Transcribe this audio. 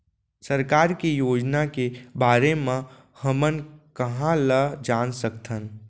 सरकार के योजना के बारे म हमन कहाँ ल जान सकथन?